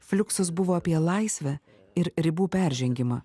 fliuksus buvo apie laisvę ir ribų peržengimą